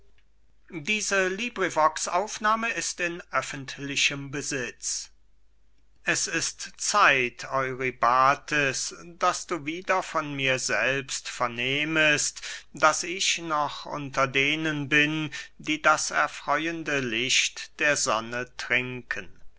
xlv an eurybates es ist zeit eurybates daß du wieder von mir selbst vernehmest daß ich noch unter denen bin die das erfreuende licht der sonne trinken